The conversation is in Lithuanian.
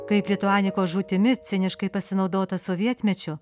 kaip lituanikos žūtimi ciniškai pasinaudota sovietmečiu